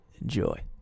enjoy